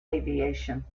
aviation